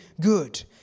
good